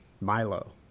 Milo